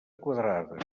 quadrada